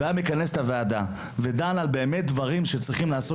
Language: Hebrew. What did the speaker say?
מכנס את הוועדה ודן על שינויים שבאמת נחוצים